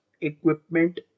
equipment